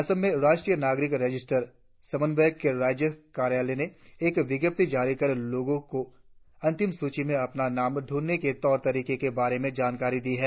असम में राष्ट्रीय नागरिक रजिस्टर समन्वयक के राज्य कार्यालय ने एक विज्ञप्ति जारी कर लोगों को अंतिम सूची में अपने नाम ढूढने के तौर तरीकों के बारे में जानकारी दी है